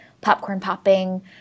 popcorn-popping